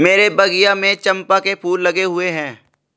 मेरे बगिया में चंपा के फूल लगे हुए हैं